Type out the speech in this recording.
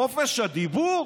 חופש הדיבור,